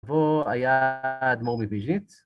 והוא היה האדמור מויז'ניץ